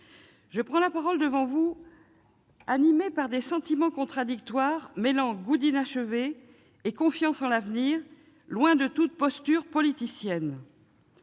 Je prends la parole devant vous animée par des sentiments contradictoires, mêlant goût d'inachevé et confiance en l'avenir, loin de toute posture politicienne.